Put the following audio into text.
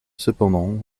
cependant